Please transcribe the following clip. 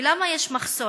ולמה יש מחסור?